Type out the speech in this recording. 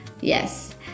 Yes